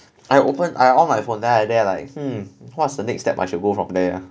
I open I on my phone then I there like hmm what's the next step I should go from there ah